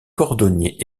cordonnier